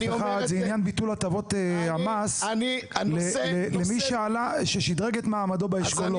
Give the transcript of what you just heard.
זה עניין ביטול הטבות המס למי ששדרג את מעמדו באשכולות.